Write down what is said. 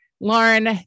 Lauren